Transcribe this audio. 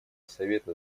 совета